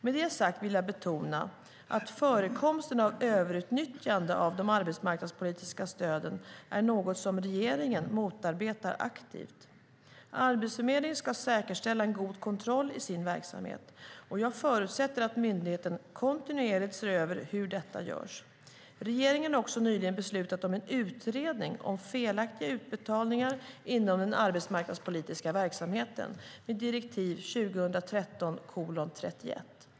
Med det sagt vill jag betona att förekomsten av överutnyttjande av de arbetsmarknadspolitiska stöden är något som regeringen motarbetar aktivt. Arbetsförmedlingen ska säkerställa en god kontroll i sin verksamhet. Jag förutsätter att myndigheten kontinuerligt ser över hur detta görs. Regeringen har nyligen beslutat om en utredning om felaktiga utbetalningar inom den arbetsmarknadspolitiska verksamheten, dir. 2013:31.